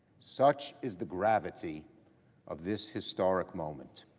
such is the gravity of this historic moment.